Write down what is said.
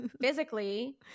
physically